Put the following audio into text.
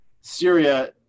Syria